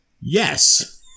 Yes